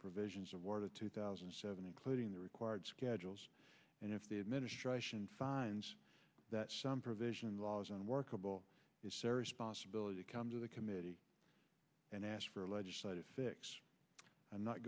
provisions of war to two thousand and seven including the required schedules and if the administration finds that some provision laws unworkable is serious possibility come to the committee and ask for a legislative fix i'm not